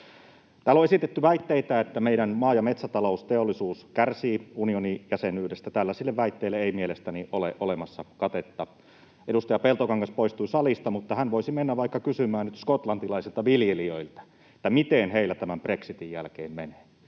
Täällä on esitetty väitteitä, että meidän maa- ja metsätalousteollisuus kärsii unionin jäsenyydestä. Tällaisille väitteille ei mielestäni ole olemassa katetta. Edustaja Peltokangas poistui salista, mutta hän voisi mennä vaikka kysymään nyt skotlantilaisilta viljelijöiltä, miten heillä tämän brexitin jälkeen menee.